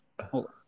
hold